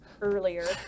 earlier